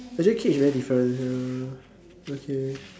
actually cage very different okay